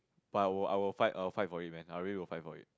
but I will I will fight I will fight for it man I really will fight for it